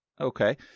Okay